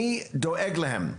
מי דואג להם?